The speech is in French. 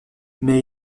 mais